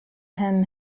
him